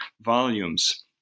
volumes